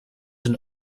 een